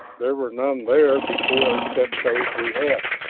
there were none there before except those we had.